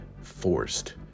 forced